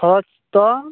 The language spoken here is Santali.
ᱠᱷᱚᱨᱚᱪ ᱛᱚ